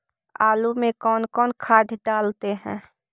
आलू में कौन कौन खाद डालते हैं?